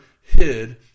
hid